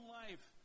life